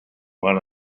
one